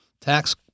tax